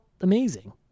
amazing